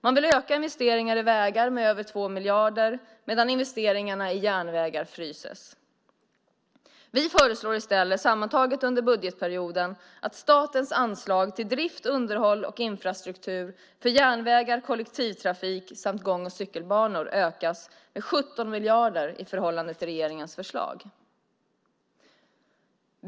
Man vill öka investeringarna i vägar med över 2 miljarder medan investeringarna i järnvägar fryses. Vi föreslår i stället sammantaget under budgetperioden att statens anslag till drift, underhåll och infrastruktur för järnvägar, kollektivtrafik samt gång och cykelbanor ökas med 17 miljarder i förhållande till regeringens förslag.